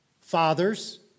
Fathers